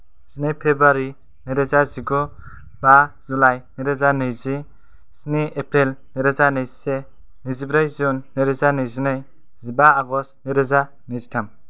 जिनै फेब्रुवारि नैरोजा जिगु बा जुलाइ नैरोजा नैजि स्नि एप्रिल नैरोजा नैजिसे नैजिब्रै जुन नैरोजा नैजिनै जिबा आगष्ट नैरोजा नैजिथाम